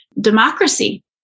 democracy